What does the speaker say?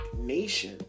Nation